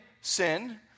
sin